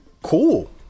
cool